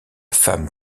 femme